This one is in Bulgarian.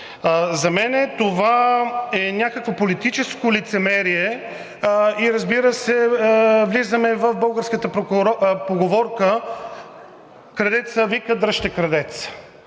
За мен това е някакво политическо лицемерие и, разбира се, влизаме в българската поговорка „Крадецът вика – дръжте крадеца“.